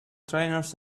trainers